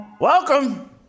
Welcome